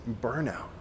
burnout